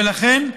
ולכן,